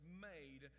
made